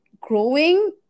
growing